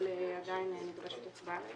עדיין נדרשת הצבעה.